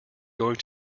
going